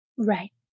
Right